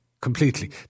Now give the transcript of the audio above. Completely